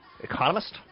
economist